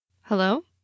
Hello